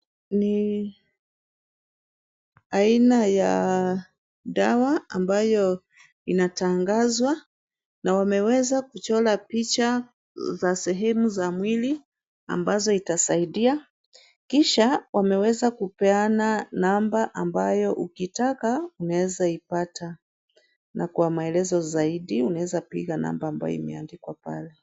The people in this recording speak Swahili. Ni aina ya dawa ambayo inatangazwa na wameweza picha za sehemu za mwili ambazo itasaidia. Kisha wameweza kupeana namba ambayo ukitaka unaweza ipata na kwa maelezo zaidi unaweza piga namba ambayo imeandikwa pale.